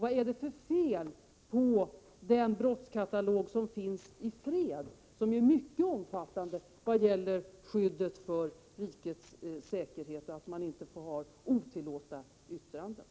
Vad är det för fel på den brottskatalog som finns för fredstid och som är mycket omfattande vad gäller skyddet för rikets säkerhet och klart uttalar att man inte får fälla otillåtna yttranden?